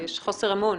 יש חוסר אמון.